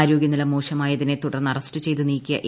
ആരോഗൃനില മോശമായതിനെ തുടർന്ന് അറസ്റ്റ് ചെയ്ത് നീക്കിയ എ